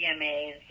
DMAs